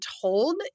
told